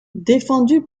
défendu